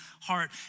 heart